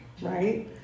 right